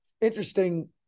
interesting